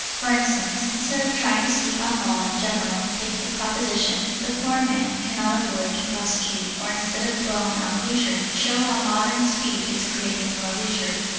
for instance, instead of trying to speak on law in general, take the proposition, the poor man cannot afford to prosecute or instead of dwelling on leisure, show how modern speed is creating more leisure.